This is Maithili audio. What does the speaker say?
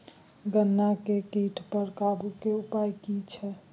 गन्ना के कीट पर काबू के उपाय की छिये?